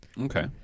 Okay